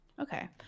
Okay